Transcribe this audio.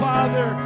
Father